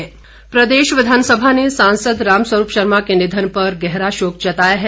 शोकोदगार प्रदेश विधानसभा ने सांसद राम स्वरूप शर्मा के निधन पर गहरा शोक जताया है